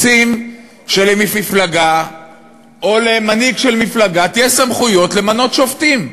רוצים שלמפלגה או למנהיג של מפלגה יהיו סמכויות למנות שופטים,